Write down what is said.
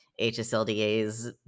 HSLDA's